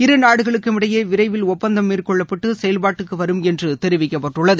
இருநாடுகளுக்கும் இடையே விரைவில் ஒப்பந்தம் மேற்கொள்ளப்பட்டு செயல்பாட்டுக்கு வரும் என்று தெரிவிக்கப்பட்டுள்ளது